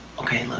okay.